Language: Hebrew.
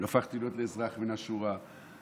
הפכתי להיות לאזרח מן השורה,